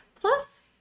plus